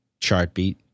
Chartbeat